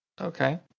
Okay